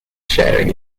sharing